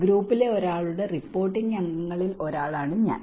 ഗ്രൂപ്പിലെ ഒരാളുടെ റിപ്പോർട്ടിംഗ് അംഗങ്ങളിൽ ഒരാളാണ് ഞാൻ